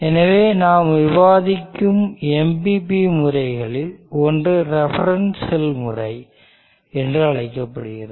எனவே நாம் விவாதிக்கும் MPP முறைகளில் ஒன்று ரெஃபரன்ஸ் செல் முறை என்று அழைக்கப்படுகிறது